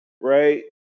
right